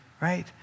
Right